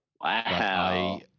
Wow